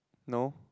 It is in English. no